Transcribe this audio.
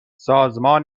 سازمان